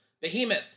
Behemoth